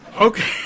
Okay